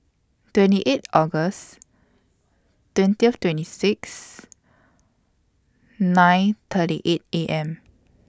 twenty eight August twentieth twenty six nine thirty eight A M